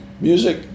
Music